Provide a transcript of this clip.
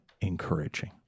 encouraging